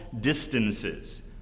distances